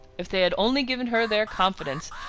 if they had only given her their confidence,